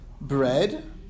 bread